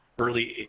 early